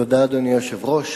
אדוני היושב-ראש,